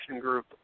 group